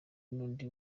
n’undi